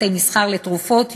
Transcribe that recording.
בתי-המסחר לתרופות,